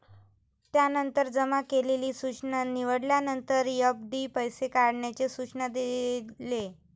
त्यानंतर जमा केलेली सूचना निवडल्यानंतर, एफ.डी पैसे काढण्याचे सूचना दिले